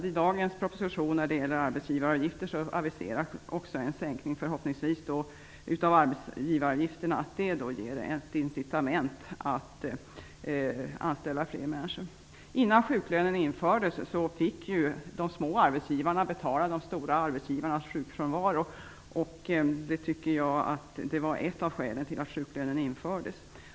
Men i dagens proposition aviseras också en sänkning av arbetsgivaravgifterna, och förhoppningsvis ger det ett incitament för att anställa fler människor. Innan sjuklönen infördes fick ju de små arbetsgivarna betala de stora arbetsgivarnas kostnader för sjukfrånvaro. Det var ett av skälen till att sjuklönen infördes.